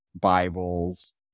Bibles